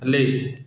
ਥੱਲੇ